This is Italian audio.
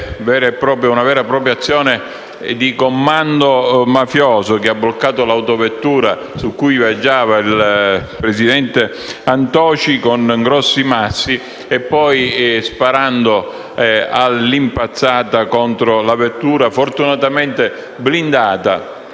Una vera e propria azione di *commando* mafioso, che ha bloccato l'auto su cui viaggiava il presidente Antoci con grossi massi e poi ha sparato all'impazzata contro la vettura. Quest'ultima fortunatamente blindata,